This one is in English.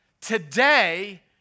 Today